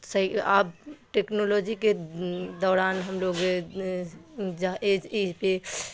سہی آب ٹیکنالوجی کے دوران ہم لوگ